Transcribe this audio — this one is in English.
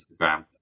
instagram